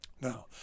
Now